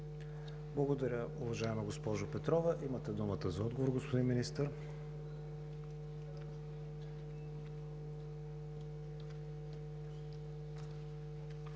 Благодаря Ви, уважаема госпожо Анастасова. Имате думата за отговор, господин Министър.